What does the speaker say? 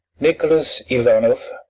nicholas ivanoff,